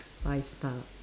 five star